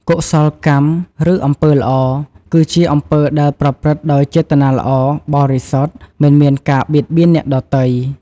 កុសលកម្ម ឬ អំពើល្អ គឺជាអំពើដែលប្រព្រឹត្តដោយចេតនាល្អ បរិសុទ្ធ មិនមានការបៀតបៀនអ្នកដទៃ។